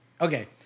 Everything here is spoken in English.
Okay